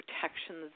protections